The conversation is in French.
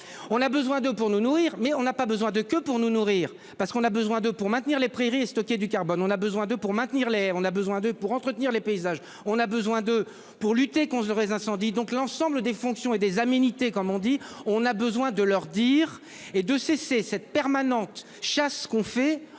on a besoin d'eux pour nous nourrir mais on n'a pas besoin de, que pour nous nourrir parce qu'on a besoin d'eux pour maintenir les prix Rist qui est du carbone. On a besoin d'eux pour maintenir les on a besoin d'eux pour entretenir les paysages. On a besoin de, pour lutter contre l'incendie. Donc l'ensemble des fonctions et des aménité comme on dit, on a besoin de leur dire et de cesser cette permanente chasse qu'on fait